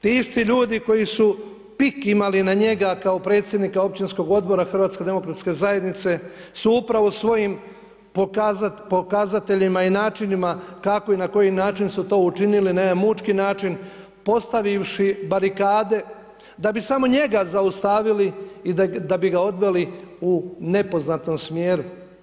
Ti isti ljudi koji su pik imali na njega kao predsjednika općinskog odbora HDZ-a su upravo svojim pokazateljima i načinima kako i na koji način su to učinili, na jedan mučki način, postavivši barikade, da bi samo njega zaustavili i da bi ga odveli u nepoznatom smjeru.